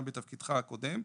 גם בתפקידך הקודם,